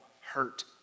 hurt